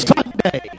Sunday